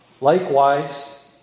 Likewise